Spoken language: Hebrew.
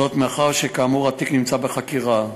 מאחר שכאמור התיק נמצא בחקירה,